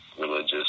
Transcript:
religious